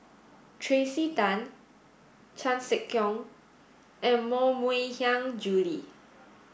Tracey Tan Chan Sek Keong and Moh Mui Hiang Julie